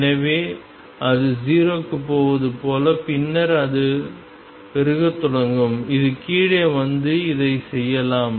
எனவே அது 0 க்குப் போவது போல பின்னர் அது பெருகத் தொடங்கும் இது கீழே வந்து இதைச் செய்யலாம்